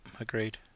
agreed